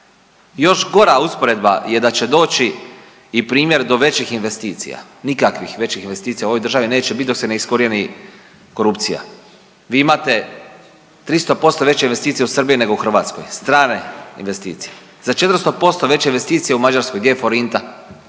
Još gora usporedba je da će doći i primjer do većih investicija. Nikakvih većih investicija u ovoj državi neće biti dok se ne iskorijeni korupcija. Vi imate 300 posto veće investicije u Srbiji nego u Hrvatskoj, strane investicije. Za 400 posto veće investicije u Mađarskoj gdje je forinta.